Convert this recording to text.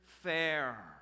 fair